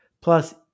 Plus